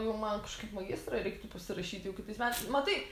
jau man kažkaip magistrą reiktų pasirašyt jau kitais met matai